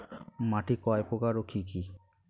মাটি কয় প্রকার ও কি কি?